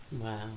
Wow